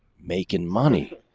making money.